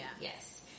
Yes